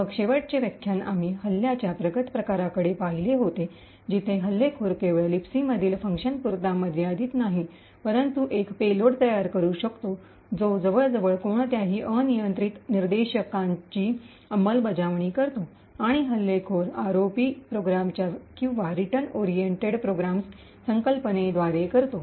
मग शेवटचे व्याख्यान आम्ही हल्ल्याच्या प्रगत प्रकारांकडे पाहिले होते जिथे हल्लेखोर केवळ लिबसीमधील फंक्शन्सपुरता मर्यादित नाही परंतु एक पेलोड तयार करू शकतो जो जवळजवळ कोणत्याही अनियंत्रित निर्देशांची अंमलबजावणी करतो आणि हल्लेखोर आरओपी प्रोग्रामच्या किंवा रिटर्न ओरिएंटेड प्रोग्राम संकल्पनेद्वारे करतो